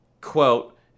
quote